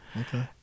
Okay